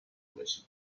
باشیم